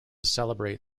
celebrate